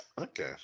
Okay